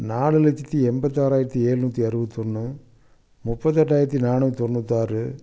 நாலு லட்சத்தி எண்பத்தாறாயிரத்தி எழுநூற்றி அறுபத்தி ஒன்று முப்பத்தெட்டாயிரத்தி நானூற்றி தொண்ணூத்தி ஆறு